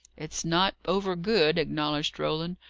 it's not over-good, acknowledged roland.